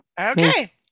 okay